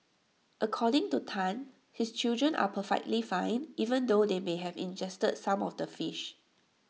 according to Tan his children are perfectly fine even though they may have ingested some of the fish